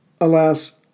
Alas